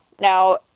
Now